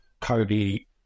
Cody